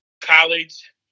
college